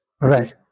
Right